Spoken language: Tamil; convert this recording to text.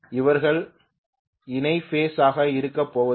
அவர்கள் இணை பேஸ் ஆக இருக்கப் போவதில்லை